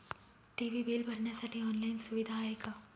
TV bill भरण्यासाठी online सुविधा आहे का?